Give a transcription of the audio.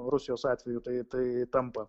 rusijos atveju tai tai tampa